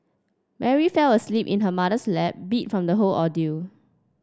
Mary fell asleep in her mother's lap beat from the whole ordeal